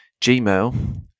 Gmail